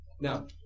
Now